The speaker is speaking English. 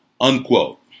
unquote